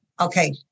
okay